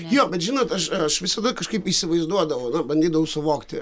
jo bet žinot aš aš visada kažkaip įsivaizduodavau bandydavau suvokti